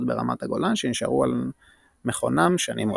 ברמת הגולן שנשארו על מכונם שנים רבות.